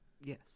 Yes